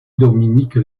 dominique